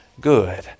good